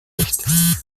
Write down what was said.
nicht